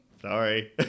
Sorry